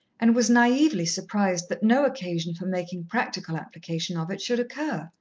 and was naively surprised that no occasion for making practical application of it should occur.